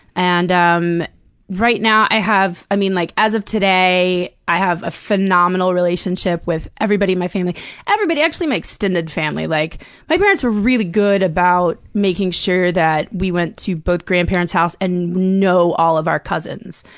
and um right now, i have i mean, like, as of today, i have a phenomenal relationship with everybody in my family everybody actually, my extended family, like my parents were really good about making sure that we went to both grandparents' house and know all of our cousins.